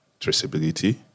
traceability